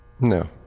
No